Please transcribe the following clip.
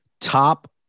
top